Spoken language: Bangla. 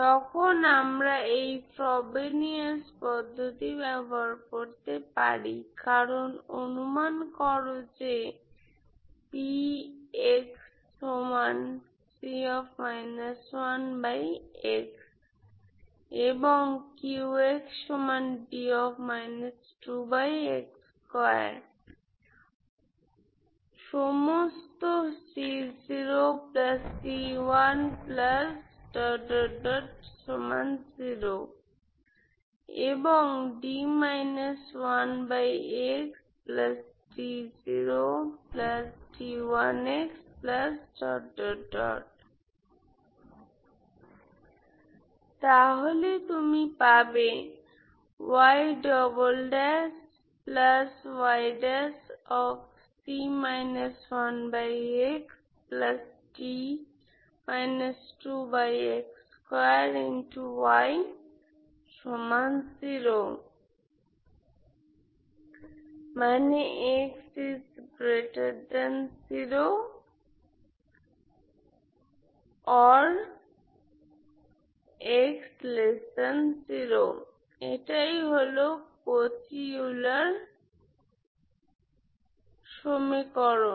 তখন আমরা এই ফ্রবেনিয়াস পদ্ধতি ব্যবহার করতে পারি কারণ অনুমান করো যে তাহলে তুমি পাবে এটাই হলো কচি ইউলার সমীকরণ